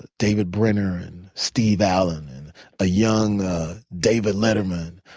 david brenner and steve allen and a young david letterman,